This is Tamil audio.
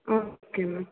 ah okay ma'am